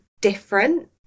different